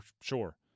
sure